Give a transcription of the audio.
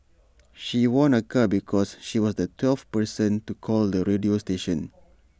she won A car because she was the twelfth person to call the radio station